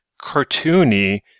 cartoony